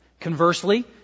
Conversely